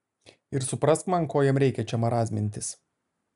ir suprask man ko jam reikia čia marazmintis